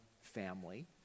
family